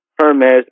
Hermes